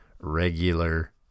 regular